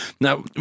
Now